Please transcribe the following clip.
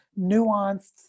nuanced